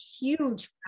huge